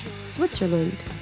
Switzerland